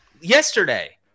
yesterday